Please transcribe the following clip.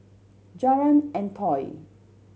Jalan Antoi